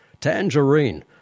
Tangerine